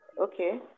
Okay